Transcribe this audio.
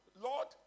Lord